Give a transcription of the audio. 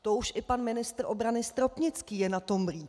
To už i pan ministr obrany Stropnický je na tom líp.